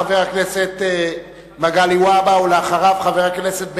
חבר הכנסת מגלי והבה, ואחריו, חבר הכנסת בן-ארי.